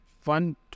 fun